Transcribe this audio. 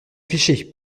fichez